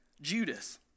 Judas